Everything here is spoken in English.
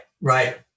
right